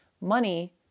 money